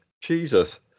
Jesus